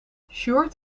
sjoerd